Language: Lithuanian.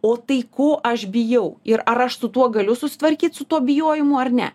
o tai ko aš bijau ir aš su tuo galiu susitvarkyt su tuo bijojimu ar ne